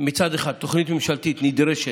שמצד אחד תוכנית ממשלתית נדרשת,